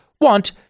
want